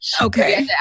Okay